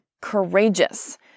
courageous